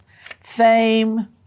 fame